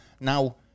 Now